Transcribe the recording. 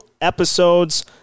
episodes